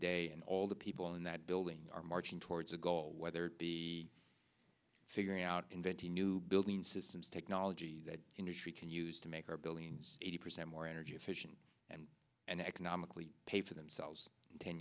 day and all the people in that building are marching towards a goal whether it be figuring out inventing new building systems technology that industry can use to make our billions eighty percent more energy efficient and an economically pay for themselves in ten